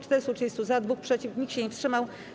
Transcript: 430 - za, 2 - przeciw, nikt się nie wstrzymał.